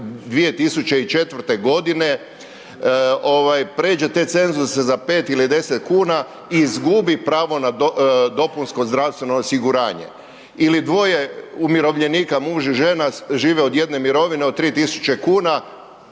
2004. g., prijeđe te cenzuse za 5 ili 10 kuna i izgubi pravo na dopunsko zdravstveno osiguranje. Ili dvoje umirovljenika, muž i žena žive od jedne mirovine od 3 tisuće kuna,